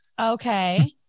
Okay